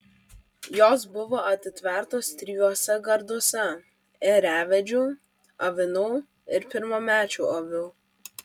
jos buvo atitvertos trijuose garduose ėriavedžių avinų ir pirmamečių avių